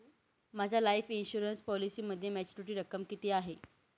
माझ्या life insurance पॉलिसीमध्ये maturity रक्कम किती आहे?